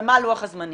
ומה לוח הזמנים.